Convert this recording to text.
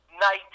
night